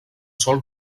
sol